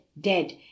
dead